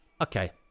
okay